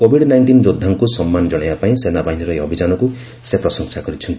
Covid nineteen ଯୋଦ୍ଧାଙ୍କୁ ସମ୍ମାନ କଣାଇବା ପାଇଁ ସେନାବାହିନୀର ଏହି ଅଭିଯାନକୁ ସେ ପ୍ରଶଂସା କରିଛନ୍ତି